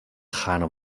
хаана